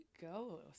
go